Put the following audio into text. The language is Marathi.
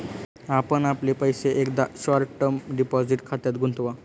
आपण आपले पैसे एकदा शॉर्ट टर्म डिपॉझिट खात्यात गुंतवा